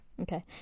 Okay